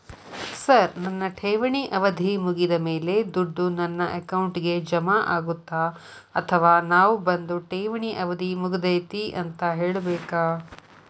Sir ನನ್ನ ಠೇವಣಿ ಅವಧಿ ಮುಗಿದಮೇಲೆ, ದುಡ್ಡು ನನ್ನ ಅಕೌಂಟ್ಗೆ ಜಮಾ ಆಗುತ್ತ ಅಥವಾ ನಾವ್ ಬಂದು ಠೇವಣಿ ಅವಧಿ ಮುಗದೈತಿ ಅಂತ ಹೇಳಬೇಕ?